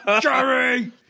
Jerry